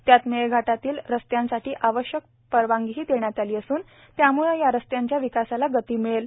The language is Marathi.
त्यात मेळघाटातील रस्त्यांसाठी आवश्यक परवानगीही देण्यात आली असूनए त्याम्ळं या रस्त्यांच्या विकासाला गती मिळेल